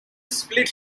split